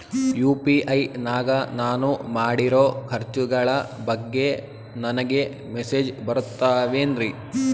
UPI ನಾಗ ನಾನು ಮಾಡಿರೋ ಖರ್ಚುಗಳ ಬಗ್ಗೆ ನನಗೆ ಮೆಸೇಜ್ ಬರುತ್ತಾವೇನ್ರಿ?